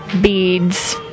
beads